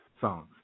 songs